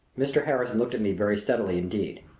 mr. harrison looked at me very steadily indeed.